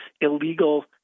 illegal